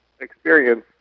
experience